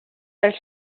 dels